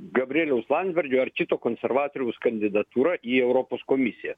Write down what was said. gabrieliaus landsbergio ar kito konservatoriaus kandidatūra į europos komisiją